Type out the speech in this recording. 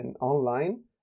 online